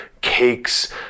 cakes